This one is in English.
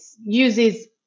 uses